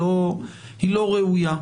היא לא ראויה.